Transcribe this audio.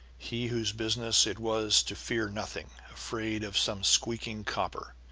he whose business it was to fear nothing, afraid of some squeaking copper,